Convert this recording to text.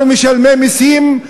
אנחנו משלמי מסים,